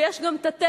ויש גם תתי-סעיפים,